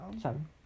Seven